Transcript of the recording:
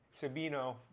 Sabino